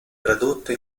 tradotte